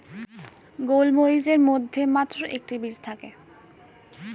গোলমরিচের মধ্যে মাত্র একটি বীজ থাকে